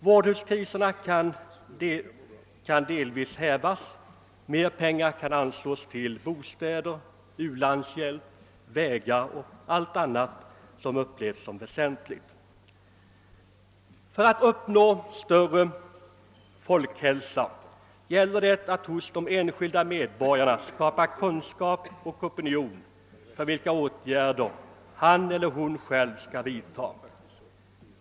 Vårdhemskriserna kan delvis hävas, mer pengar kan anslås till bostäder, u-landshjälp, vägar och annat som upplevs som väsentligt. För att uppnå en bättre folkhälsa gäller det att hos de enskilda medborgarna skapa kunskap om och opinion för de åtgärder de själva skall vidta.